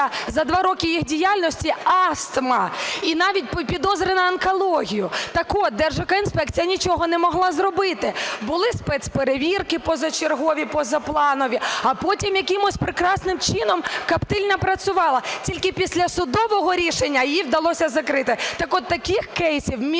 за два роки їх діяльності астма і навіть підозри на онкологію. Так от Держекоінспекція нічого не могла зробити. Були спецперевірки позачергові, позапланові, а потім якимось прекрасним чином коптильня працювала. Тільки після судового рішення її вдалося закрити. Так от таких кейсів мільйони